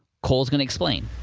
cole's gonna explain.